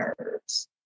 nerves